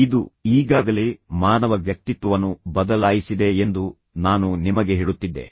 ಇದು ಈಗಾಗಲೇ ಮಾನವ ವ್ಯಕ್ತಿತ್ವವನ್ನು ಬದಲಾಯಿಸಿದೆ ಎಂದು ನಾನು ನಿಮಗೆ ಹೇಳುತ್ತಿದ್ದೆ